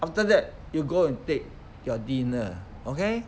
after that you go and take your dinner okay